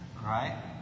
right